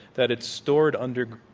that it's stored under,